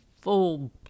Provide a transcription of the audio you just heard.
full